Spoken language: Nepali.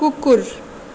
कुकुर